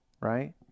right